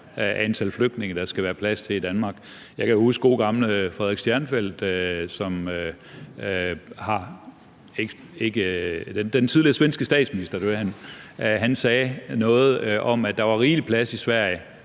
af flygtningene, der skal være plads til i Danmark. Jeg kan huske gode gamle Fredrik Reinfeldt, den tidligere svenske statsminister. Han sagde noget om, at der var rigelig plads i Sverige